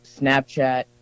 Snapchat